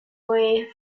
weighed